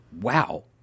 wow